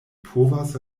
povas